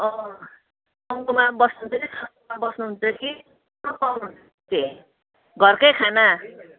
घरकै खाना